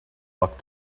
luck